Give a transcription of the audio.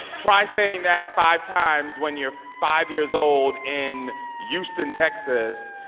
try saying that five times when you're five years old in houston, texas,